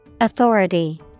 Authority